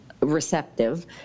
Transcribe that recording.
receptive